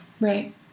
Right